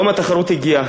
יום התחרות הגיע.